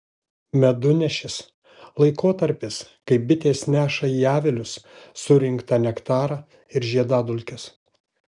medunešis laikotarpis kai bitės neša į avilius surinktą nektarą ir žiedadulkes